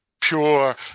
pure